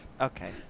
Okay